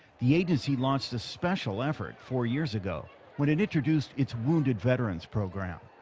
the agency launched a special effort four years ago when it introduced its wounded veterans program.